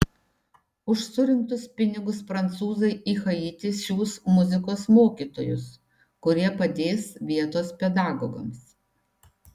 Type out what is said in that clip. už surinktus pinigus prancūzai į haitį siųs muzikos mokytojus kurie padės vietos pedagogams